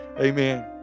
Amen